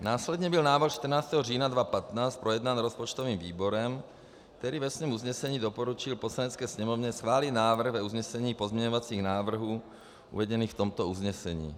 Následně byl návrh 14. října 2015 projednán rozpočtovým výborem, který ve svém usnesení doporučil Poslanecké sněmovně schválit návrh usnesení pozměňovacích návrhů uvedených v tomto usnesení.